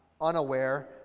unaware